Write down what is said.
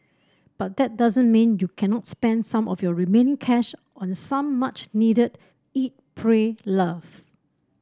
but that doesn't mean you cannot spend some of your remaining cash on some much needed eat pray love